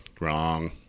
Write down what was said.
wrong